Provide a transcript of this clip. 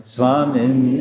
Swamin